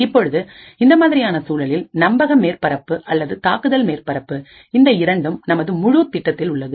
இப்பொழுதுஇந்த மாதிரியான சூழலில் நம்பக மேற்பரப்பு அல்லது தாக்குதல் மேற்பரப்பு இந்த இரண்டும்நமது முழு திட்டத்தில் உள்ளது